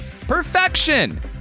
Perfection